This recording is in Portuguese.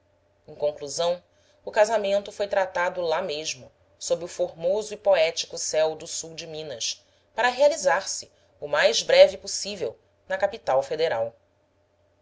em conclusão o casamento foi tratado lá mesmo sob o formoso e poético céu do sul de minas para realizar-se o mais breve possível na capital federal